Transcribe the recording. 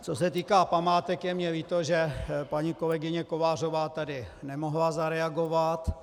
Co se týká památek, je mi líto, že paní kolegyně Kovářová tady nemohla zareagovat.